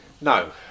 No